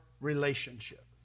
relationship